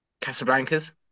Casablancas